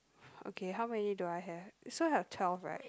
okay how many do I have is so have twelve right